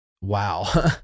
wow